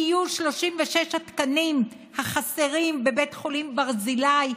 לאיוש 36 התקנים החסרים בבית חולים ברזילי,